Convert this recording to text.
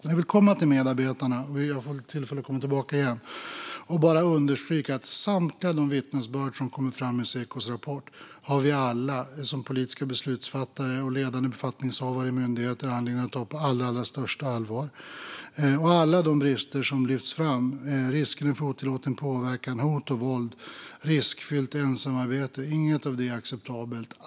Jag vill komma till medarbetarna - jag får väl tillfälle att komma tillbaka igen - och bara understryka att samtliga av de vittnesbörd som kommer fram i Sekos rapport har vi alla som politiska beslutsfattare och ledande befattningshavare i myndigheter anledning att ta på allra största allvar. Alla de brister som lyfts fram, riskerna för otillåten påverkan, hot och våld och riskfyllt ensamarbete - inget av det är acceptabelt.